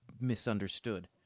misunderstood